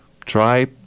try